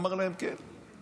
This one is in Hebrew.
אמר להם: כן.